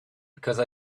because